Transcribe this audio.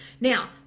now